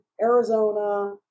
Arizona